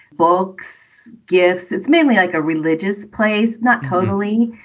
books, gifts. it's mainly like a religious place. not totally.